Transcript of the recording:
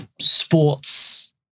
sports